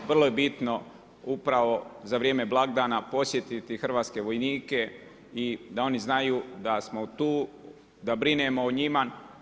Vrlo je bitno upravo za vrijeme blagdana posjetiti hrvatske vojnike da oni znaju da smo tu, da brinemo o njima.